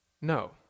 No